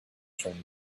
turn